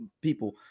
people